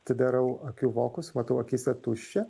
atidarau akių vokus matau akyse tuščia